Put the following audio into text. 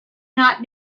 not